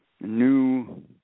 new